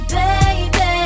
baby